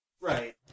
Right